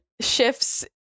shifts